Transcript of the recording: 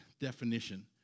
definition